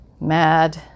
Mad